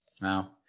Wow